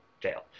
jail